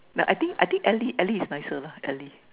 like I think I think ele ele is nicer lah ele